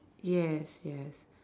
yes yes